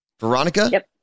Veronica